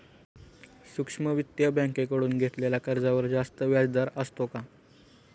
सूक्ष्म वित्तीय बँकेकडून घेतलेल्या कर्जावर जास्त व्याजदर असतो का?